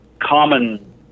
common